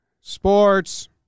Sports